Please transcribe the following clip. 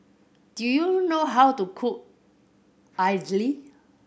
do you know how to cook idly